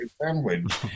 sandwich